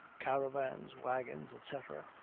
caravans, wagons, etc.